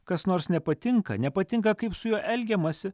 kas nors nepatinka nepatinka kaip su juo elgiamasi